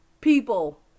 People